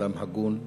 אדם הגון,